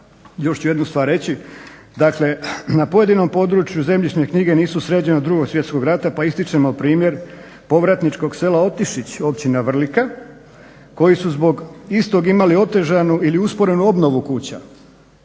Još ću jednu stvar reći, dakle na pojedinom području zemljišne knjige nisu sređene od Drugog svjetskog rata pa ističemo primjer povratničkog sela Otišić općina Vrlika koji su zbog istog imali otežanu ili usporenu obnovu kuća.